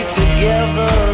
together